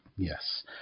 Yes